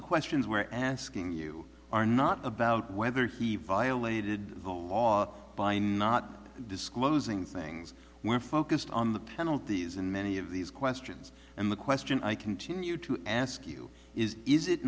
the questions we're asking you are not about whether he violated the law by not disclosing things we're focused on the penalties and many of these questions and the question i continue to ask you is is it